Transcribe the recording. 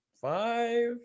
five